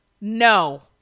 no